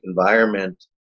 environment